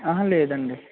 అహ లేదండి